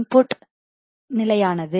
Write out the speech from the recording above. input உள்ளீடு நிலையானது